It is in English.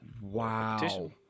Wow